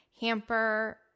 hamper